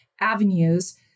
avenues